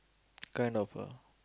kind of a